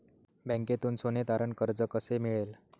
बँकेतून सोने तारण कर्ज कसे मिळेल?